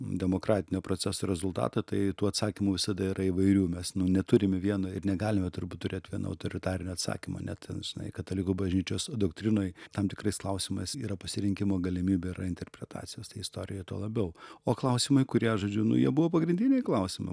demokratinio proceso rezultatą tai tų atsakymų visada yra įvairių mes neturime vieno ir negalime turbūt turėt vieno autoritarinio atsakymo ne ten žinai katalikų bažnyčios doktrinoj tam tikrais klausimas yra pasirinkimo galimybė yra interpretacijos tai istorijoj tuo labiau o klausimai kurie žodžiu nu jie buvo pagrindiniai klausima